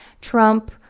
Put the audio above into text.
Trump